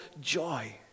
joy